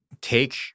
take